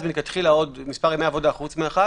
מלכתחילה היו עוד מספר ימי עבודה חוץ מהחג